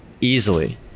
easily